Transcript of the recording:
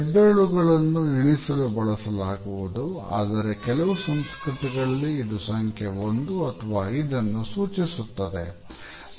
ಹೆಬ್ಬೆರಳುಗಳನ್ನು ಎಣಿಸಲು ಬಳಸಲಾಗುವುದು ಆದರೆ ಕೆಲವು ಸಂಸ್ಕೃತಿಗಳಲ್ಲಿ ಇದು ಸಂಖ್ಯೆ 1 ಅಥವಾ 5 ಅನ್ನು ಸೂಚಿಸುತ್ತದೆ